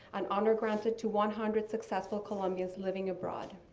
an honor granted to one hundred successful colombians living abroad.